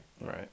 Right